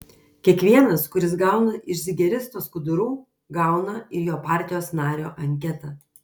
kiekvienas kuris gauna iš zigeristo skudurų gauna ir jo partijos nario anketą